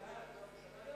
הואיל ואין